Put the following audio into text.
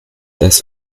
das